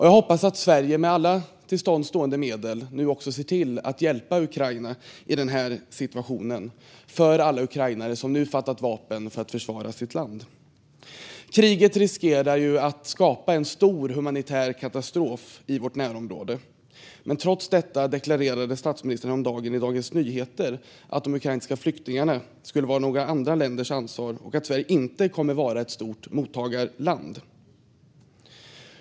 Jag hoppas att Sverige med alla till buds stående medel hjälper Ukraina i denna situation och alla ukrainare som nu fattat vapen för att försvara sitt land. Kriget riskerar att skapa en humanitär katastrof i vårt närområde, men trots detta deklarerade statsministern häromdagen i Dagens Nyheter att ukrainska flyktingar ska vara andra länders ansvar och att Sverige inte kommer att vara ett stort mottagarland.